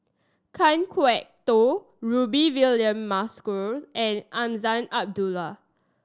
Kan Kwok Toh Rudy William Mosbergen and Azman Abdullah